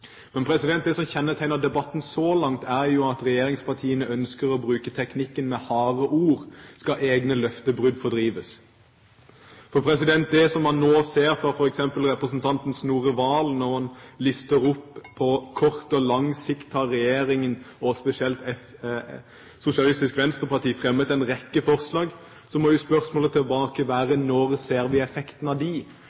det som kjennetegner debatten så langt, er at regjeringspartiene ønsker å bruke teknikken: Med harde ord skal egne løftebrudd fordrives. Når f.eks. representanten Snorre Serigstad Valen lister opp at regjeringen og spesielt Sosialistisk Venstreparti har fremmet en rekke forslag – på kort og lang sikt